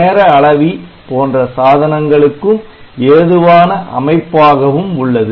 நேர அளவி போன்ற சாதனங்களுக்கும் ஏதுவான அமைப்பாகவும் உள்ளது